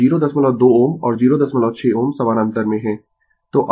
तो 02 Ω और 06 Ω समानांतर में है